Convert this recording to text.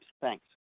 Thanks